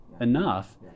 enough